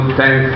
thank